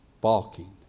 balking